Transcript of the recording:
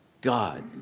God